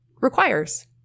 requires